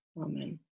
Amen